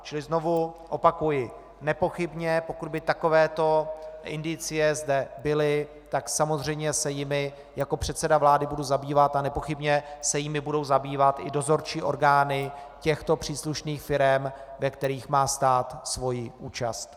Čili znovu opakuji: Nepochybně, pokud by takovéto indicie zde byly, tak samozřejmě se jimi jako předseda vlády budu zabývat a nepochybně se jimi budou zabývat i dozorčí orgány těchto příslušných firem, ve kterých má stát svoji účast.